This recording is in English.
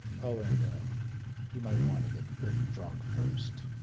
oh and you might want to get good and drunk first.